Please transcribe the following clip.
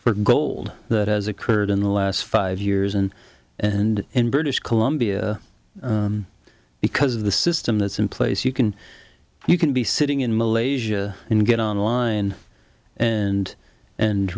for gold that has occurred in the last five years and and in british columbia because of the system that's in place you can you can be sitting in malaysia and get on line and and